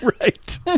Right